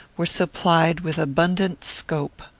were supplied with abundant scope.